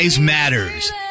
matters